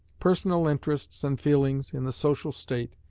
personal interests and feelings, in the social state,